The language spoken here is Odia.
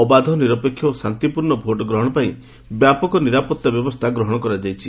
ଅବାଧ ନିରପେକ୍ଷ ଓ ଶାନ୍ତିପୂର୍ଣ୍ଣ ଭୋଟ୍ ଗ୍ରହଣ ପାଇଁ ବ୍ୟାପକ ନିରାପତ୍ତା ବ୍ୟବସ୍ଥା ଗ୍ରହଣ କରାଯାଇଛି